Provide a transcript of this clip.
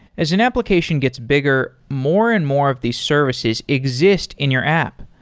as an application gets bigger, more and more of these services exist in your app.